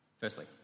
Firstly